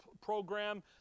program